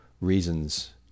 reasons